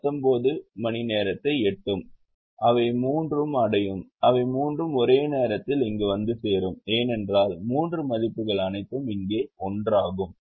19 மணிநேரத்தை எட்டும் அவை மூன்றும் அடையும் அவை மூன்றும் ஒரே நேரத்தில் இங்கு வந்து சேரும் ஏனென்றால் மூன்று மதிப்புகள் அனைத்தும் இங்கே ஒன்றாகும்